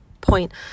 point